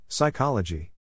Psychology